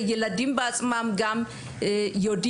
ילדים בעצמם יודעים,